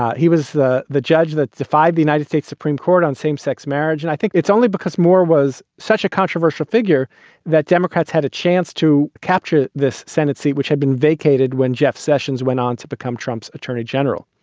um he was the the judge that defied the united states supreme court on same sex marriage. and i think it's only because moore was such a controversial figure that democrats had a chance to capture this senate seat, which had been vacated when jeff sessions went on to become trump's attorney general.